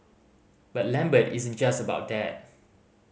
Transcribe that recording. but Lambert isn't just about that